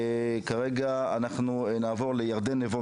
כרגע אנחנו נעבור לירדן נבו,